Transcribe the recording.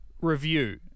review